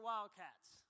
Wildcats